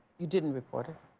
you didn't report it?